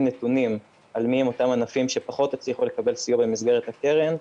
נתונים על מי הם אותם ענפים שפחות הצליחו לקבל סיוע במסגרת הקרן.